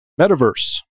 Metaverse